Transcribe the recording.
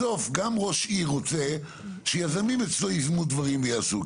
בסוף גם ראש עיר רוצה שיזמים אצלו יזמו דברים ויעשו,